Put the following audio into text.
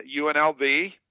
UNLV